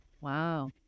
Wow